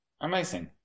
Amazing